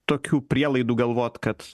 tokių prielaidų galvot kad